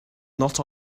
not